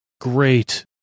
great